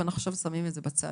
אבל עכשיו אנחנו שמים את זה בצד.